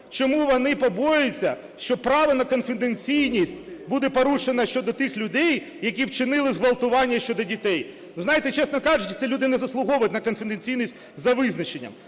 чому вони побоюються, що право на конфіденційність буде порушено щодо тих людей, які вчинили зґвалтування щодо дітей. Ви знаєте, чесно кажучи, ці люди не заслуговують на конфіденційність за визначенням.